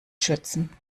schützen